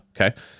Okay